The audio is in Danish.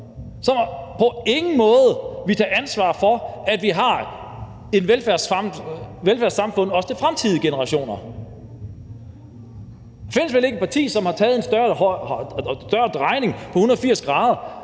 som på ingen måde vil tage ansvar for, at vi har et velfærdssamfund også til fremtidige generationer. Der findes vel ikke et parti, som har taget en større drejning på 180 grader,